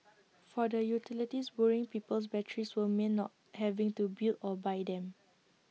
for the utilities borrowing people's batteries would mean not having to build or buy them